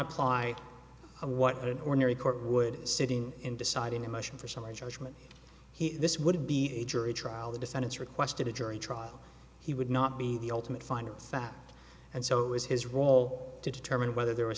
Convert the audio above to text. apply what an ordinary court would sitting in deciding a motion for summary judgment he this would be a jury trial the descendants requested a jury trial he would not be the ultimate finder of fact and so it was his role to determine whether there was